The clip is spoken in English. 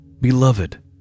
Beloved